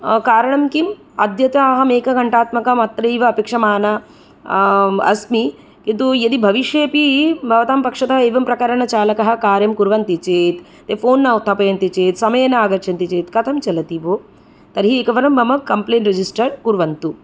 कारणं किम् अद्यत अहम् एकघण्टात्मकम् अत्रैव अपेक्षमाना अस्मि किन्तु यदि भविष्ये अपि भवतां पक्षतः एवंप्रकारेण चालकः कार्यं कुर्वन्ति चेत् ते फोन् न उत्थापयन्ति चेत् समये न आगच्छन्ति चेत् कथं चलति भो तर्हि एकवारं मम कम्प्लेन् रेजिस्टर् कुर्वन्तु